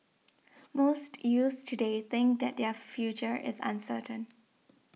most youths today think that their future is uncertain